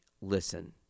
listen